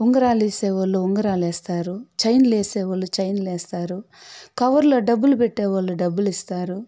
ఉంగరాలు వేసేవాళ్ళు ఉంగరాలు వేస్తారు చైన్లు వేసేవాళ్ళు చైన్లు వేస్తారు కవర్లో డబ్బులు పెట్టె వాళ్ళు డబ్బులు ఇస్తారు